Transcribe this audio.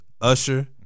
Usher